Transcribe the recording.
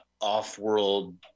off-world